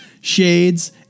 Shades